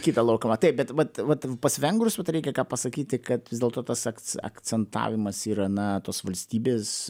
kitą lauką va taip bet vat vat pas vengrus reikia ką pasakyti kad vis dėlto tas aks akcentavimas yra na to valstybės